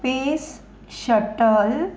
space shuttle